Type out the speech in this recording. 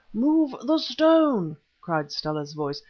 move the stone, cried stella's voice,